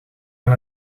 aan